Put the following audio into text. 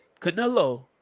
Canelo